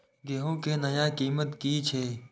गेहूं के नया कीमत की छे?